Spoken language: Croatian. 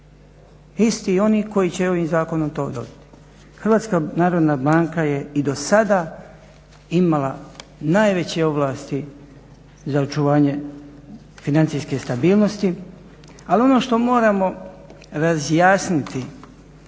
Isti oni koji će ovim zakonom to dobiti. HNB je i do sada imala najveće ovlasti za očuvanje financijske stabilnosti, ali ono što moramo razjasniti,